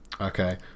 Okay